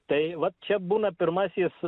tai vat čia būna pirmasis